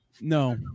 No